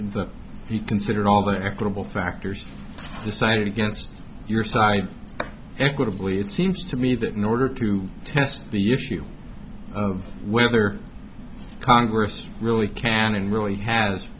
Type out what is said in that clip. he considered all the equitable factors decided against your side equitably it seems to me that nor to test the issue of whether congress really can and really has